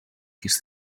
his